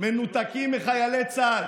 מנותקים מחיילי צה"ל.